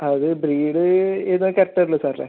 അത് ബ്രീഡ് എതാണെന്ന് കറക്റ്റ് അറിയില്ല സാറേ